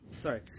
Sorry